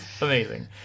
Amazing